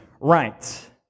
right